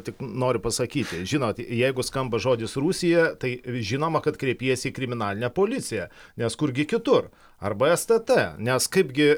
tik noriu pasakyti žinot jeigu skamba žodis rusija tai žinoma kad kreipiesi kriminalinę policiją nes kurgi kitur arba stt nes kaipgi